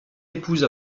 épouse